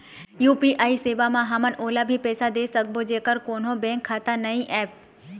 UPI सेवा म हमन ओला भी पैसा दे सकबो जेकर कोन्हो बैंक खाता नई ऐप?